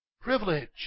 privilege